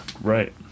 right